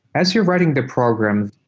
as you're writing the program,